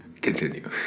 Continue